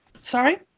Sorry